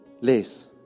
less